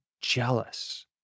jealous